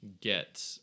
get